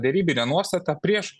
darybinę nuostatą prieš